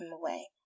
away